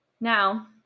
Now